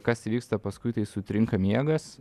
kas įvyksta paskui kai sutrinka miegas